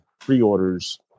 pre-orders